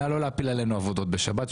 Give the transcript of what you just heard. נא לא להפיל עלינו עבודות בשבת,